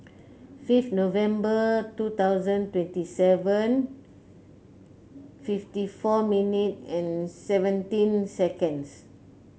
fifth November two thousand twenty seven fifty four minute and seventeen seconds